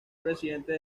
presidente